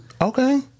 Okay